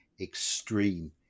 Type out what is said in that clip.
extreme